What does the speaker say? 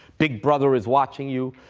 big brother is watching you,